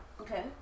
Okay